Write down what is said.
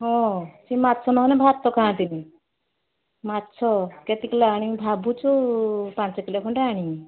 ହଁ ସିଏ ମାଛ ନହେନେ ଭାତ ଖାଆନ୍ତିନି ମାଛ କେତେ କିଲୋ ଆଣିମି ଭାବୁଛୁ ପାଞ୍ଚ କିଲୋ ଖଣ୍ଡେ ଆଣିମି